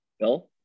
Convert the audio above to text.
Bill